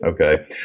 Okay